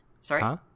sorry